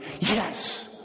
Yes